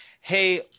hey